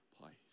place